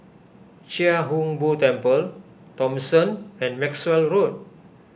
Chia Hung Boo Temple Thomson and Maxwell Road